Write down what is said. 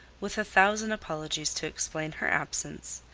with a thousand apologies to explain her absence.